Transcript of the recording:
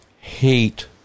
hate